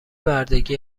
بردگی